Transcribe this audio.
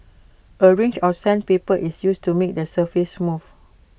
A range of sandpaper is used to make the surface smooth